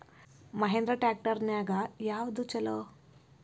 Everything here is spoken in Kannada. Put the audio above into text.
ಮಹೇಂದ್ರಾ ಟ್ರ್ಯಾಕ್ಟರ್ ನ್ಯಾಗ ಯಾವ್ದ ಛಲೋ?